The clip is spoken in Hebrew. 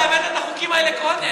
אתה הבאת את החוקים האלה קודם,